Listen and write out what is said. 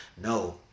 No